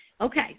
Okay